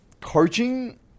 coaching